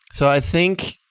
so i think,